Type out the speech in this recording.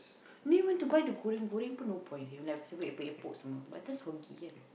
then want to buy the goreng-goreng no point seh for example epok-epok semua by the time soggy kan